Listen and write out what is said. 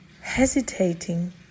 hesitating